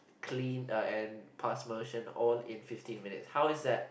clean and pass motion all in fifteen minutes how is that